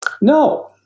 no